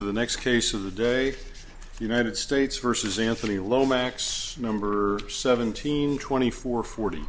the next case of the day united states versus anthony lomax number seventeen twenty four forty